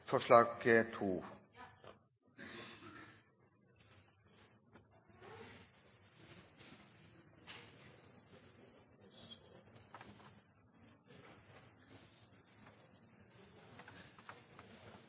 forslag